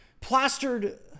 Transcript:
plastered